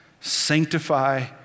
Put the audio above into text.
Sanctify